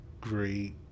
great